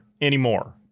anymore